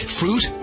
fruit